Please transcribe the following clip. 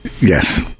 Yes